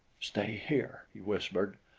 stay here, he whispered.